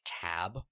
tab